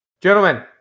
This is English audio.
Gentlemen